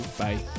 bye